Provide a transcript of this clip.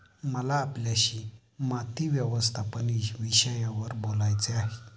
मला आपल्याशी माती व्यवस्थापन विषयावर बोलायचे आहे